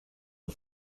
auf